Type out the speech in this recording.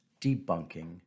debunking